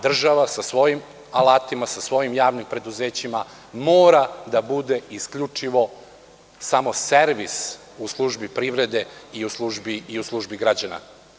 Država sa svojim alatima, sa svojim javnim preduzećima, mora da bude isključivo samo servis u službi privrede i u službi građana.